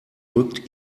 rückt